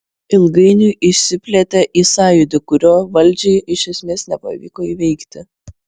ilgainiui išsiplėtė į sąjūdį kurio valdžiai iš esmės nepavyko įveikti